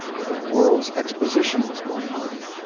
where a world's exposition was going on.